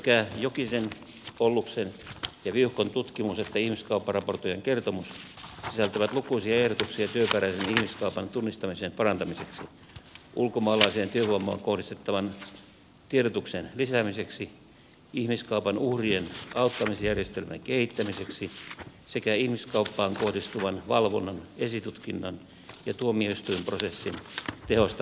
sekä jokisen olluksen ja viuhkon tutkimus että ihmiskaupparaportoijan kertomus sisältävät lukuisia ehdotuksia työperäisen ihmiskaupan tunnistamisen parantamiseksi ulkomaalaiseen työvoimaan kohdistettavan tiedotuksen lisäämiseksi ihmiskaupan uhrien auttamisjärjestelmän kehittämiseksi sekä ihmiskauppaan kohdistuvan valvonnan esitutkinnan ja tuomioistuinprosessin tehostamiseksi